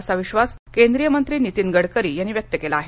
असा विधास केंद्रीय मंत्री नीतीन गडकरी यांनी व्यक्त केला आहे